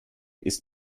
ist